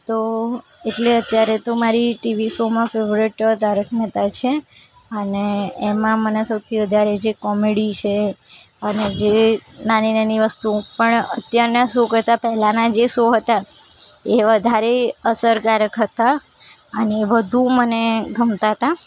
તો એટલે અત્યારે તો મારી ટીવી શોમાં ફેવરિટ તારક મહેતા છે અને એમાં મને સૌથી વધારે જે કૉમેડી છે અને જે નાની નાની વસ્તુ પણ જે અત્યારનાં શો કરતાં પહેલાંના જે શો હતા એ વધારે અસરકારક હતા અને વધુ મને ગમતા હતા